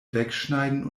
wegschneiden